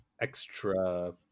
extra